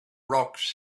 rocks